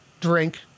drink